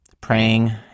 praying